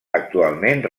actualment